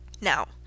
Now